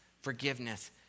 forgiveness